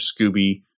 Scooby